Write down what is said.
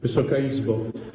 Wysoka Izbo!